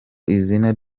izina